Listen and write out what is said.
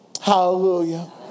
Hallelujah